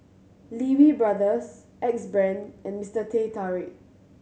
Lee Wee Brothers Axe Brand and Mister Teh Tarik